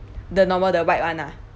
the normal the white [one] ah